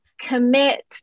commit